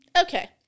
Okay